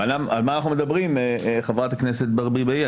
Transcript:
ועל מה אנחנו מדברים, חברת הכנסת ברביבאי?